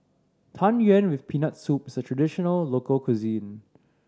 Tang Yuen with Peanut Soup is a traditional local cuisine